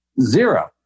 Zero